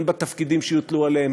הן בתפקידים שיוטלו עליהם,